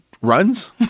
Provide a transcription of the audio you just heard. runs